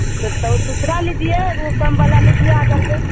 फिर तो ऊ दूसरा लीजिए ऊ कम वाला लीजिए आकर के